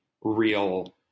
real